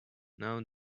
now